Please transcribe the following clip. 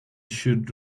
should